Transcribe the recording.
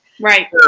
Right